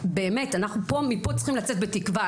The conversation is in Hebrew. מפה צריכים לצאת בתקווה,